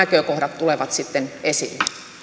oikeusturvanäkökohdat tulevat sitten esille